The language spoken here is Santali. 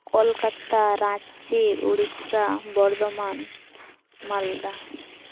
ᱠᱳᱞᱠᱟᱛᱟ ᱨᱟᱸᱪᱤ ᱩᱲᱤᱥᱥᱟ ᱵᱚᱨᱫᱷᱚᱢᱟᱱ ᱢᱟᱞᱫᱟ